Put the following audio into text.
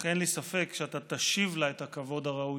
אך אין לי ספק שאתה תשיב לה את הכבוד הראוי.